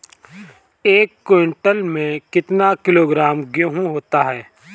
एक क्विंटल में कितना किलोग्राम गेहूँ होता है?